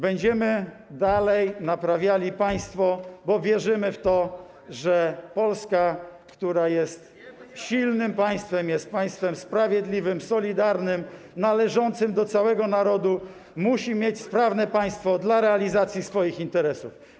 Będziemy dalej naprawiali państwo, bo wierzymy w to, że Polska jest silnym państwem, jest państwem sprawiedliwym, solidarnym, należącym do całego narodu, musi mieć sprawne państwo do realizacji swoich interesów.